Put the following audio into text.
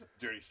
Dirty